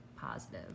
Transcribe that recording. positive